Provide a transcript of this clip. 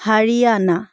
Haryana